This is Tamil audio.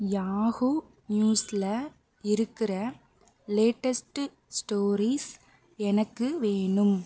யாஹூ நியூஸில் இருக்கிற லேட்டஸ்ட் ஸ்டோரீஸ் எனக்கு வேணும்